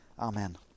Amen